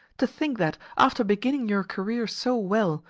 to think that, after beginning your career so well,